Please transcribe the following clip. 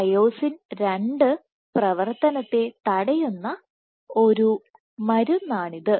myosin II പ്രവർത്തനത്തെ തടയുന്ന ഒരു മരുന്നാണിത്